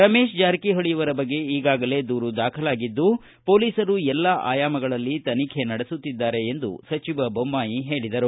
ರಮೇಶ್ ಜಾರಕಿಹೊಳಿಯವರ ಬಗ್ಗೆ ಈಗಾಗಲೇ ದೂರು ದಾಖಲಾಗಿದ್ದು ಮೊಲೀಸರು ಎಲ್ಲಾ ಆಯಾಮಗಳಲ್ಲಿ ತನಿಖೆ ನಡೆಸುತ್ತಿದ್ದಾರೆ ಎಂದು ಸಚಿವ ಬೊಮ್ಲಾಯಿ ಹೇಳಿದರು